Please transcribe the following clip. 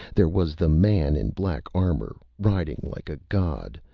there was the man in black armor, riding like a god,